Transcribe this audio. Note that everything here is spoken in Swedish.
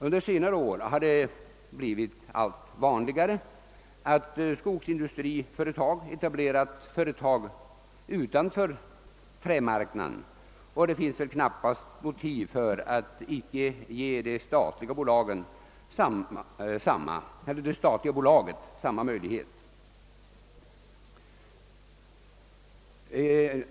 Under senare år har det blivit allt vanligare att skogsindustriföretag etablerat företag utanför trämarknaden, och det finns väl knappast motiv för att icke ge det statliga bolaget samma möjligheter.